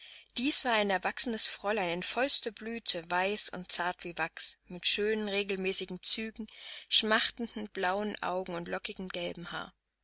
dies war ein erwachsenes fräulein in vollster blüte weiß und zart wie wachs mit schönen regelmäßigen zügen schmachtenden blauen augen und lockigem gelben haar